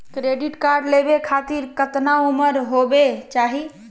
Credit card लेवे खातीर कतना उम्र होवे चाही?